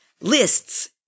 lists